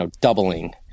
doubling